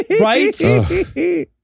Right